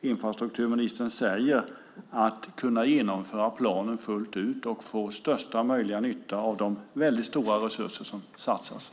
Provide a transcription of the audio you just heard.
infrastrukturministern säger, att kunna genomföra planen fullt ut och få största möjliga nytta av de väldigt stora resurser som satsas.